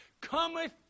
cometh